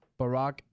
Barack